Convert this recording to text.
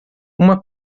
uma